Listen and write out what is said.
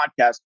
podcast